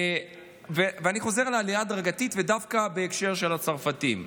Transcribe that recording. אני חוזר לעלייה ההדרגתית ודווקא בהקשר של הצרפתים.